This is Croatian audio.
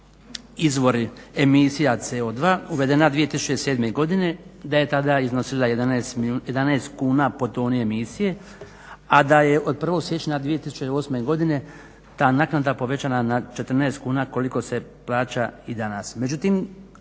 izvori emisija CO2 uvedena 2007. godine, da je tada iznosila 11 kuna po toni emisije, a da je od 1. siječnja 2008. godine ta naknada povećana na 14 kuna koliko se plaća i danas.